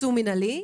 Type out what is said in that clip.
עיצום מנהלי.